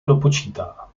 dopočítá